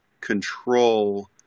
control